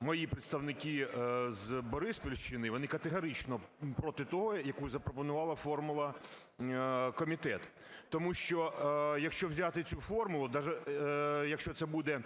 мої представники з Бориспільщини, вони категорично проти того, яку запропонував форму комітет. Тому що, якщо взяти цю формулу даже, якщо це буде